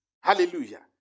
Hallelujah